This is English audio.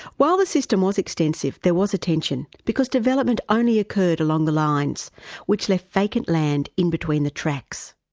while the system was extensive there was a tension, because development only occurred along the lines which left vacant land in between the tracks.